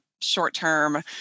short-term